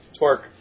twerk